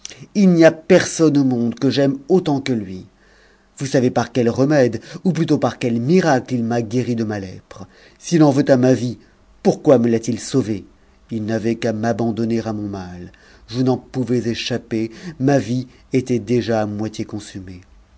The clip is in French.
il n'y a personne au monde que j'aime autant que lui vous savez par quel remède ou plutôt par quel miracle il m'a guéri de ma lèpre s'il en veut à ma vie pourquoi me l'a-t-il sauvée il n'avait qu'à m'abandonner à mon mal je n'en pouvais échapper ma vie était déjà à moitié consumée